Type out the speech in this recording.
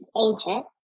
ancient